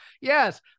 yes